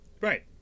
Right